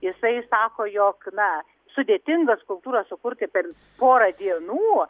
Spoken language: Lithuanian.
jisai sako jog na sudėtingas skulptūras sukurti per porą dienų